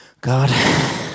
God